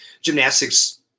gymnastics